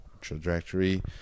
trajectory